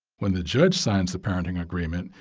when the judge signs the parenting agreement,